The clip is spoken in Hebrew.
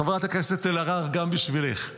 חברת הכנסת אלהרר, גם בשבילך.